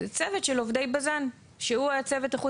צוות של עובדי בז"ן שהוא הצוות איכות